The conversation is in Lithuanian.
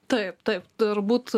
taip taip turbūt